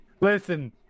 Listen